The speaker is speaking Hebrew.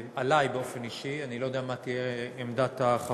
עלי באופן אישי, אני לא יודע מה תהיה עמדת החברים,